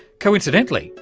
coincidentally,